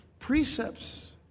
Precepts